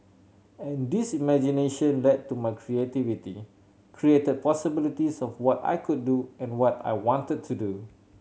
and this imagination led to my creativity created possibilities of what I could do and what I wanted to do